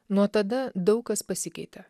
nuo tada daug kas pasikeitė